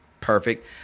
perfect